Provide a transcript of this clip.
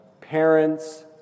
parents